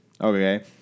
Okay